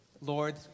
Lord